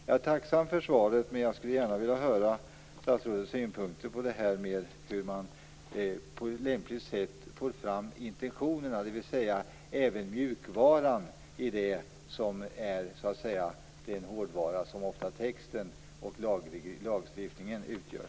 Jag är tacksam för svaret, men jag skulle gärna också vilja höra statsrådets synpunkter på hur man skall få igenom de intentioner som kan sägas vara mjukvaran i den hårdvara som texten och lagstiftningen utgör.